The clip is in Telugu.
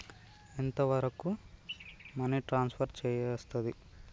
ఎంత వరకు మనీ ట్రాన్స్ఫర్ చేయస్తది?